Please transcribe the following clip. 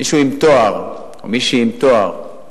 מישהי עם תואר,